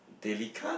daily cut